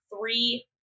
three